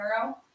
arrow